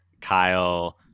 Kyle